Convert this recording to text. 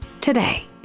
today